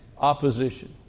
opposition